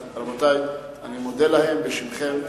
רבותי, אני מודה להם בשמכם.